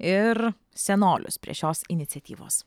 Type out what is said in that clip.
ir senolius prie šios iniciatyvos